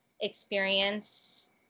experience